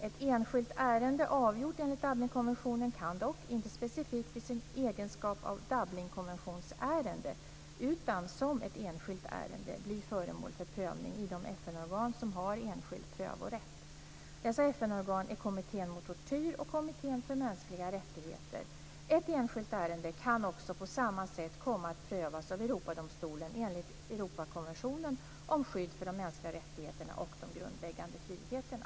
Ett enskilt ärende avgjort enligt Dublinkonventionen kan dock, inte specifikt i sin egenskap av Dublinkonventionsärende utan som ett enskilt ärende, bli föremål för prövning i de FN-organ som har enskild prövorätt. Dessa FN-organ är Kommittén mot tortyr och Kommittén för mänskliga rättigheter. Ett enskilt ärende kan också på samma sätt komma att prövas av Europadomstolen enligt Europakonventionen om skydd för de mänskliga rättigheterna och de grundläggande friheterna.